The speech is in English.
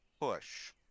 push